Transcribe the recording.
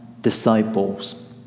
disciples